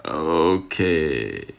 okay